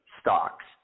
stocks